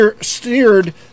steered